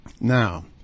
Now